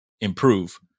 improve